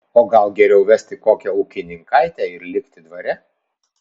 o gal geriau vesti kokią ūkininkaitę ir likti dvare